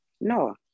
No